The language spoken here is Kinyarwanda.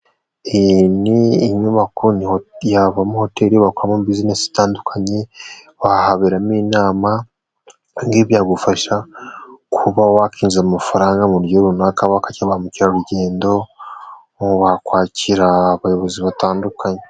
Iyi ni inyubako yavamo hoteli bakuramo buzinesi zitandukanye, haberamo inama kandi byagufasha kuba wakinjiza amafaranga mu buryo runaka, ba mukerarugendo, yakwakira abayobozi batandukanye.